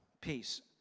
Peace